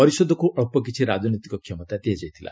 ପରିଷଦକୃ ଅଳ୍ପକିଛି ରାଜନୈତିକ କ୍ଷମତା ଦିଆଯାଇଥିଲା